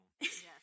Yes